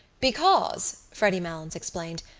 because, freddy malins explained,